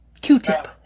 Q-Tip